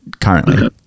currently